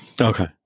Okay